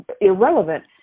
irrelevant